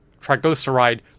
triglyceride